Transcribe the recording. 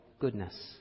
goodness